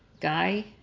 Guy